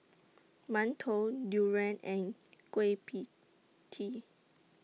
mantou Durian and Kueh PIE Tee